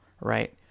right